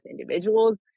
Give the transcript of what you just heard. individuals